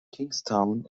kingstown